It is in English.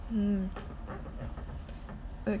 hmm